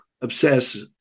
obsess